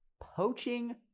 poaching